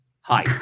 Hi